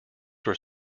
were